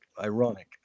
...ironic